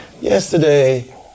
Yesterday